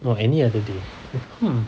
no any other day hmm